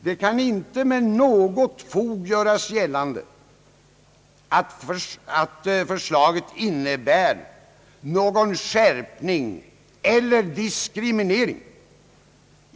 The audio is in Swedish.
Det kan inte med något fog göras gällande att förslaget innebär någon skärpning eller diskriminering.